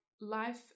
Life